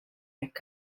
hekk